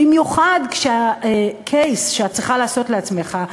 במיוחד שה-case שאת צריכה לעשות לעצמך,